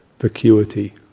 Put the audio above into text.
vacuity